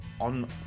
on